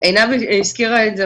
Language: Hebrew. עינב הזכירה את זה,